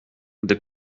des